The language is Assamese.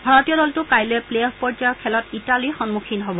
ভাৰতীয় দলটো কাইলৈ প্লে অফ পৰ্য্যায়ৰ খেলত ইটালীৰ সন্মুখীন হব